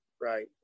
right